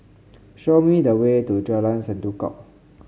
show me the way to Jalan Sendudok